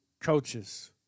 coaches